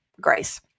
grace